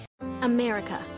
America